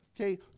Okay